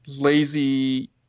lazy